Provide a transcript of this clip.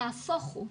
נהפוך הוא,